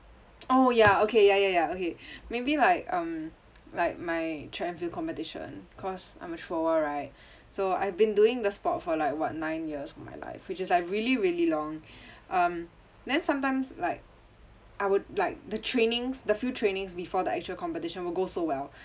oh ya okay ya ya ya okay maybe like um like my track and field competition cause I'm a thrower right so I've been doing the sport for like what nine years of my life which is like really really long um then sometimes like I would like the trainings the few trainings before the actual competition will go so well